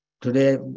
Today